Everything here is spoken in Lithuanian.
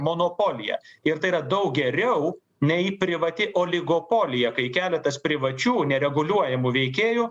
monopolija ir tai yra daug geriau nei privati oligopolija kai keletas privačių nereguliuojamų veikėjų